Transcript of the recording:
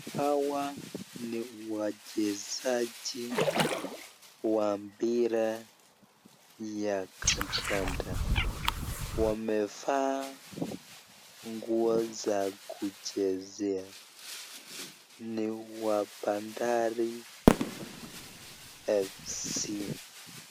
Hawa ni wachezaji wa mpira ya kandanda. Wamevaa nguo ya kuchezea. Ni wa bandari fc.